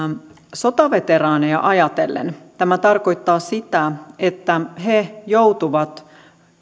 sotaveteraaneja ajatellen tämä tarkoittaa sitä että he joutuvat